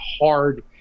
hard